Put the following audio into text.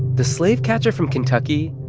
the slave catcher from kentucky,